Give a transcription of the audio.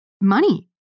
money